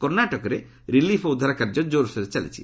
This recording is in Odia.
କର୍ଷାଟକରେ ରିଲିଫ୍ ଓ ଉଦ୍ଧାର କାର୍ଯ୍ୟ କୋର୍ସୋରରେ ଚାଲିଛି